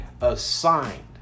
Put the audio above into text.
assigned